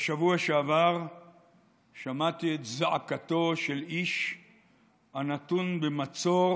בשבוע שעבר שמעתי את זעקתו של איש הנתון במצור